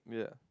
yeah